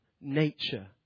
nature